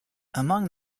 among